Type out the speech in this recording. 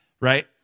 Right